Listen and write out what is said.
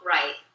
Right